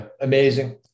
Amazing